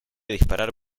disparar